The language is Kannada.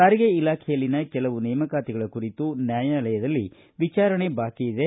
ಸಾರಿಗೆ ಇಲಾಖೆಯಲ್ಲಿನ ಕೆಲವು ನೇಮಕಾತಿಗಳ ಕುರಿತು ನ್ಯಾಯಾಲಯದಲ್ಲಿ ವಿಚಾರಣೆ ಬಾಕಿ ಇವೆ